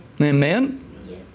Amen